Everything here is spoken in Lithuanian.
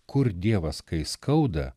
kur dievas kai skauda